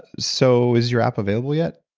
so is your app available yet?